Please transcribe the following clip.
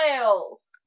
whales